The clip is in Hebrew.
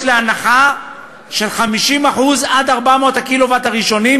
להנחה של 50% עד 400 הקילו-ואט הראשונים,